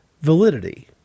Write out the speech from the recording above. validity